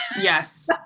Yes